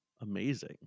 Amazing